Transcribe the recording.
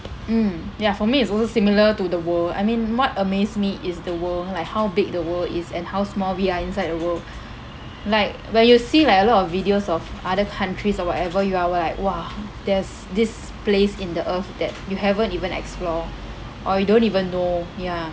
mm ya for me is also similar to the world I mean what amaze me is the world like how big the world is and how small we are inside the world like when you see like a lot of videos of other countries or whatever you are will like !wah! there's this place in the earth that you haven't even explore or you don't even know ya